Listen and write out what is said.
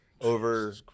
over